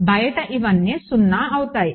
కాబట్టి బయట ఇవన్నీ 0 అవుతాయి